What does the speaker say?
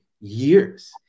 years